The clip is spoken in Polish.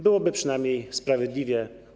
Byłoby przynajmniej sprawiedliwie.